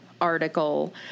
article